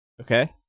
Okay